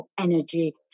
energy